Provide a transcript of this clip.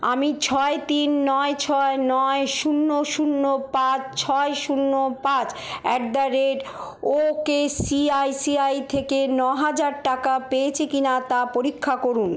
আমি ছয় তিন নয় ছয় নয় শূন্য শূন্য পাঁচ ছয় শূন্য পাঁচ at the rate of ICICI থেকে ন হাজার টাকা পেয়েছি কিনা তা পরীক্ষা করুন